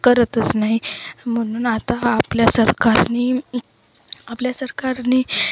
करतच नाही म्हणून आता आपल्या सरकारनी आपल्या सरकारनी